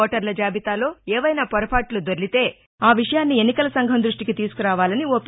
ఓటర్ల జాబితాలో ఏవైనా పొరబాట్లు దొర్లితే ఆ విషయాన్ని ఎన్నికల సంఘం దృష్టికి తీసుకురావాలని ఓపీ